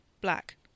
Black